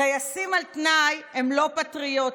"טייסים על תנאי הם לא פטריוטים.